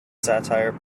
satire